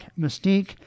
Mystique